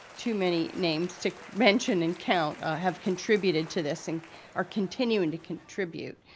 too many names to mention and count have contributed to this and are continuing to contribute.